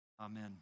Amen